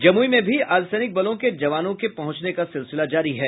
जमुई में भी अर्द्वसैनिक बलों के जवानों के पहुंचने का सिलसिला जारी है